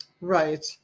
Right